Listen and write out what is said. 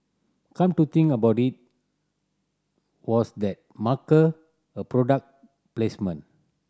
come to think about it was that marker a product placement